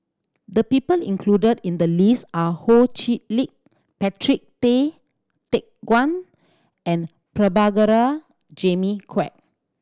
the people included in the list are Ho Chee Lick Patrick Tay Teck Guan and Prabhakara Jimmy Quek